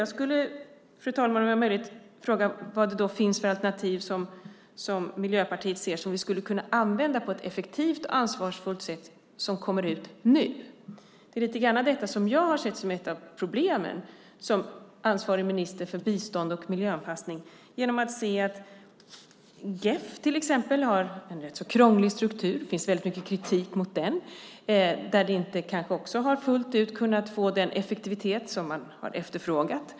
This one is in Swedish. Jag skulle, om jag har möjlighet, vilja fråga vilka alternativ Miljöpartiet ser som vi skulle använda på ett effektivt och ansvarsfullt sätt som kommer ut nu. Det är lite grann detta som jag har sett som ett av problemen som ansvarig minister för bistånd och miljöanpassning. Till exempel GEF har en rätt så krånglig struktur. Det finns väldigt mycket kritik mot den. Man har kanske inte fullt ut kunnat få den effektivitet som man har efterfrågat.